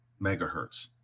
megahertz